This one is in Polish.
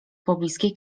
pobliskiej